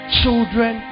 children